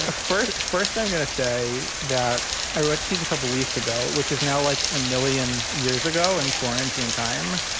ah first first, i'm going to say that i wrote the piece a couple of weeks ago, which is now like a million years ago and quarantine time.